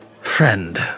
friend